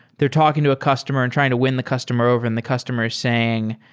they're talking to a customer and trying to win the customer over and the customer saying,